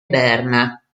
berna